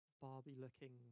Barbie-looking